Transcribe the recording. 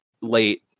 late